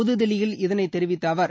புதுதில்லியில் இதனைத் தெரிவித்த அவர்